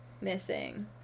missing